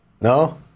no